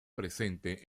presente